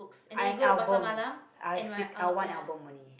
I have albums I have stic~ I have one album only